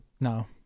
no